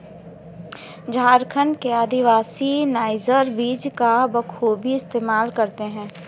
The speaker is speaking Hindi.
झारखंड के आदिवासी नाइजर बीज का बखूबी इस्तेमाल करते हैं